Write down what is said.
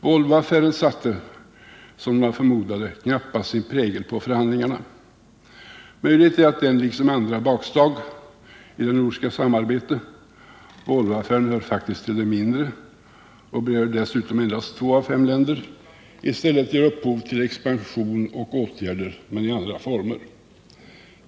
Volvoaffären satte, som några förmodade, knappast sin prägel på förhandlingarna. Möjligt är att den liksom andra bakslag i det nordiska samarbetet — Volvoaffären hör faktiskt till de mindre och berör dessutom endast två av fem länder — i stället ger upphov till expansion och åtgärder, men i andra former.